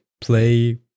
play